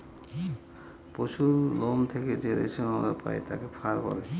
পশুরলোম থেকে যে রেশম আমরা পায় তাকে ফার বলে